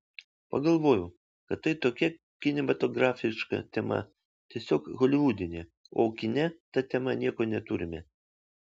pagalvojau kad tai tokia kinematografiška tema tiesiog holivudinė o kine ta tema nieko neturime